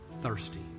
thirsty